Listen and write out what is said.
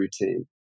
routine